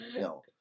no